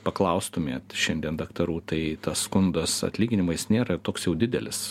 paklaustumėt šiandien daktarų tai tas skundas atlyginimais nėra toks jau didelis